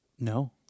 No